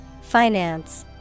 Finance